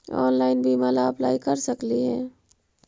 Online बीमा ला apply कर सकली हे?